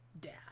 dad